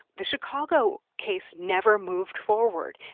the chicago case never moved forward.